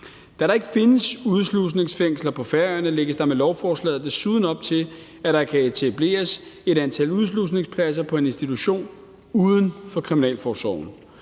Da der ikke findes udslusningsfængsler på Færøerne, lægges der med lovforslaget desuden op til, at der kan etableres et antal udslusningspladser på en institution uden for kriminalforsorgen,